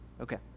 Okay